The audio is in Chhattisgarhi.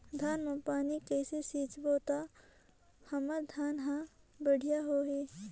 धान मा पानी कइसे सिंचबो ता हमर धन हर बढ़िया होही?